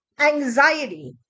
anxiety